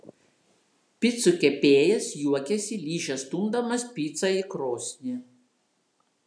picų kepėjas juokiasi liže stumdamas picą į krosnį